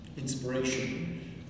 inspiration